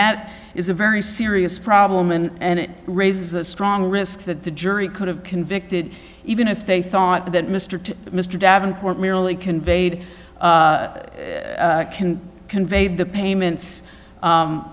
that is a very serious problem and it raises a strong risk that the jury could have convicted even if they thought that mr to mr davenport merely conveyed can convey the payments